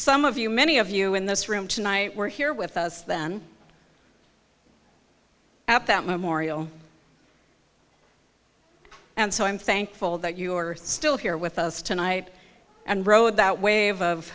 some of you many of you in this room tonight were here with us then at that memorial and so i'm thankful that you are still here with us tonight and rode that wave of